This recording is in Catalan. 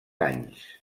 anys